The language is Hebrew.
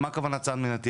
מה הכוונה צעד מניעתי?